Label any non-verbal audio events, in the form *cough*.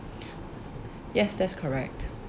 *breath* yes that's correct